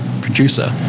producer